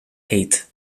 eight